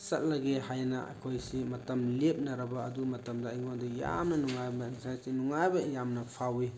ꯆꯠꯂꯒꯦ ꯍꯥꯏꯅ ꯑꯩꯈꯣꯏꯁꯤ ꯃꯇꯝ ꯂꯦꯞꯅꯔꯕ ꯑꯗꯨ ꯃꯇꯝꯗ ꯑꯩꯉꯣꯟꯗ ꯌꯥꯝꯅ ꯅꯨꯡꯉꯥꯏꯕ ꯑꯦꯛꯁꯥꯏꯇꯤꯡ ꯅꯨꯡꯉꯥꯏꯕ ꯌꯥꯝꯅ ꯐꯥꯎꯋꯤ